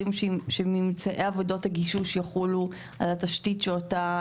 שממצאי עבודות הגישוש יחולו על התשתית שאותה,